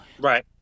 Right